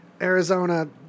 Arizona